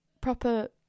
proper